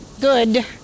good